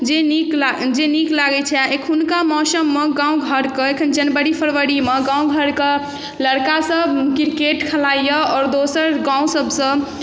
जे नीक ला जे नीक लागै छै एखुनका मौसममे गाँव घरके एखन जनवरी फरवरीमे गाँव घरके लड़िका सभ क्रिकेट खेलाइ यऽ आओर दोसर गाँव सभसँ